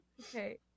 Okay